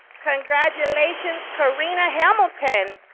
congratulations, karina hamilton.